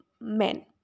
Men